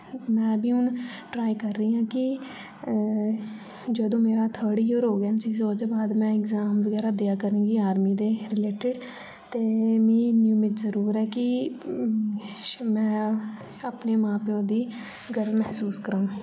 में बी हुन ट्राई कर रही आं कि जदूं मेरा थर्ड एअर होग एन सी सी दा ओह्दे बाद में एग्जाम वगैरा दियां करुंगी आर्मी दे रिलेटेड ते मी इन्नी उम्मीद जरूर ऐ कि में अपने मां प्यो दी गर्व मह्सूस करां